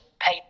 pay